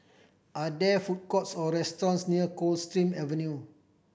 are there food courts or restaurants near Coldstream Avenue